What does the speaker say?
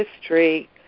history